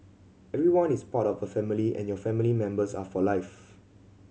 everyone is part of a family and your family members are for life